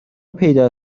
پیدا